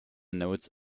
notes